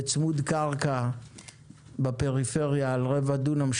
וצמוד קרקע בפריפריה על רבע דונם,